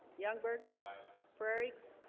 youngberg forex